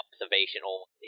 observational